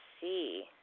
see